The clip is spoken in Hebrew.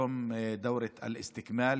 סיימתם את קורס ההשתלמות,